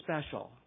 special